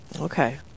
Okay